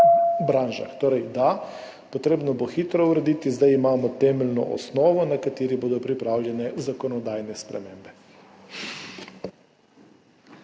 branžah. Torej da, potrebno bo hitro urediti. Zdaj imamo temeljno osnovo, na kateri bodo pripravljene zakonodajne spremembe.